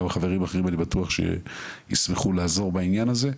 גם החברים האחרים אני בטוח שישמחו לעזור בעניין הזה,